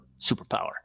superpower